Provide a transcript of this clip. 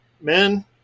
men